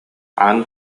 аан